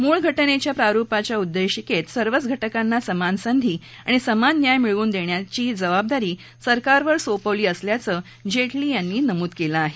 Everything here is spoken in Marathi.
मुळ घटनेच्या प्रारुपाच्या उद्देशिकेत सर्वच घटकांना समान संधी आणि समान न्याय मिळवून देण्याची जबाबदारी सरकारवर सोपवली असल्याचंही जेटली यांनी नमूद केलं आहे